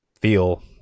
feel